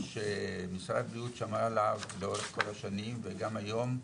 שמשרד הבריאות שמר עליו לאורך כל השנים וגם היום.